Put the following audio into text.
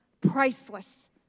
priceless